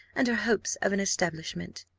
and her hopes of an establishment.